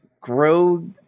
grow